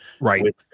Right